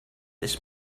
this